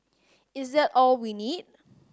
is that all we need